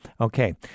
Okay